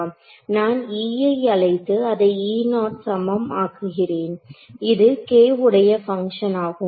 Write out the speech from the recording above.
நான் E ஐ அழைத்து அதை சமம் ஆக்குகிறேன் அது k உடைய பங்க்ஷன் ஆகும்